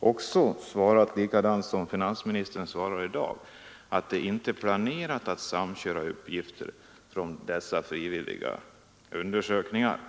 uttalat sig på samma sätt som finansministern gör i dag, nämligen att det inte är planerat att samköra uppgifter från dessa frivilliga undersökningar.